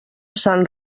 sant